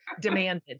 demanded